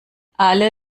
alle